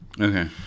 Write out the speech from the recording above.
Okay